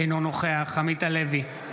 אינו נוכח עמית הלוי,